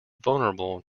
vulnerable